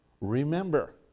Remember